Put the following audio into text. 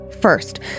First